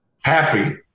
happy